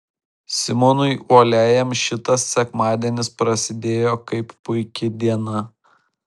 simonui uoliajam šitas sekmadienis prasidėjo kaip puiki diena